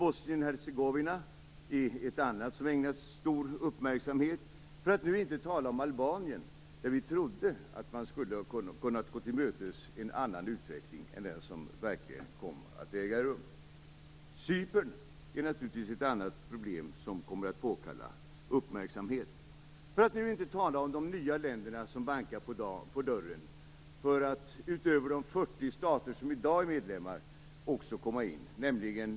Bosnien Hercegovina är ett annat som vi ägnar stor uppmärksamhet, för att inte tala om Albanien, där vi trodde att man skulle ha kunnat gå en annan utveckling till mötes än den som verkligen kom att äga rum. Cypern är naturligtvis ett annat problem som kommer att påkalla uppmärksamhet, liksom de nya länder som bankar på dörren för att, utöver de 40 stater som i dag är medlemmar, också komma in.